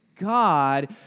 God